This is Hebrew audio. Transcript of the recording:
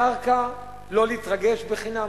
קרקע, לא להתרגש, בחינם.